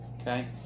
Okay